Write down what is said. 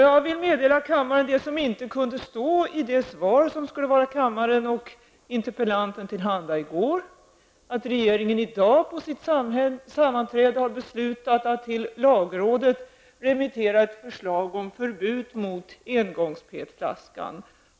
Jag vill nu meddela kammaren det som inte kunde stå i det svar som skulle vara kammaren och interpellanten till handa i går, nämligen att regeringen i dag på sitt sammanträde har beslutat att till lagrådet remittera ett förslag om förbud mot engångs-PET-flaskor.